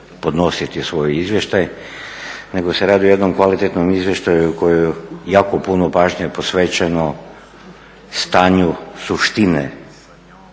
podnositi svoj izvještaj, nego se radi o jednom kvalitetnom izvještaju kojem je jako puno pažnje posvećeno stanju suštine